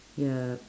ya